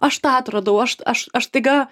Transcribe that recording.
aš tą atradau aš aš aš staiga